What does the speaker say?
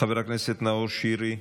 חבר הכנסת נאור שירי,